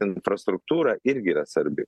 infrastruktūra irgi yra svarbi